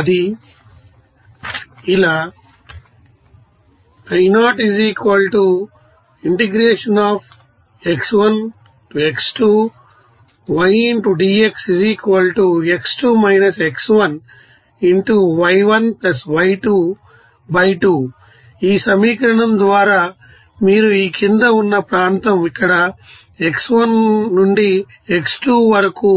ఇది ఇలా ఈ సమీకరణం ద్వారా మీరు ఈ క్రింద ఉన్న ప్రాంతం ఇక్కడ x1 నుండి x2వరకు